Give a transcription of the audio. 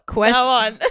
Question